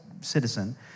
citizen